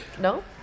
no